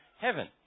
heaven